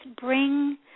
bring